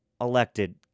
elected